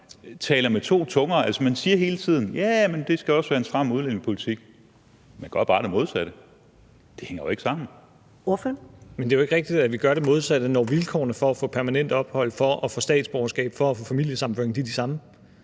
taler med to tunger. Altså, man siger hele tiden: Jah, men det skal også være en stram udlændingepolitik. Man gør bare det modsatte; det hænger jo ikke sammen. Kl. 14:26 Første næstformand (Karen Ellemann): Ordføreren. Kl. 14:27 Rasmus Stoklund (S): Men det er jo ikke rigtigt, at vi gør det modsatte, når vilkårene for at få permanent ophold, for at få statsborgerskab, for at få familiesammenføring er de samme.